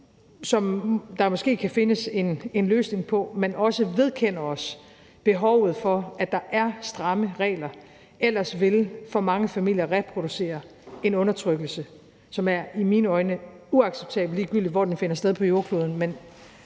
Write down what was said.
som der måske kan findes en løsning på, men at vi også vedkender os behovet for, at der er stramme regler. Ellers vil for mange familier reproducere en undertrykkelse, som i mine øjne er uacceptabel, ligegyldigt hvor på jordkloden